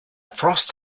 frost